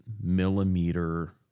millimeter